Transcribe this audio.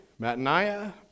Mataniah